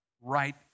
right